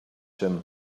him